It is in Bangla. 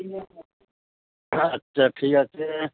আচ্ছা ঠিক আছে